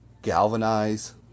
Galvanize